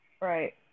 Right